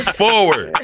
forward